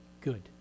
good